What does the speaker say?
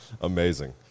amazing